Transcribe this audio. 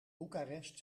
bucharest